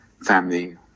family